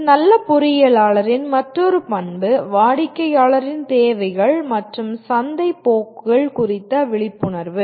ஒரு நல்ல பொறியியலாளரின் மற்றொரு பண்பு வாடிக்கையாளரின் தேவைகள் மற்றும் சந்தை போக்குகள் குறித்த விழிப்புணர்வு